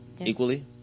equally